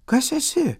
kas esi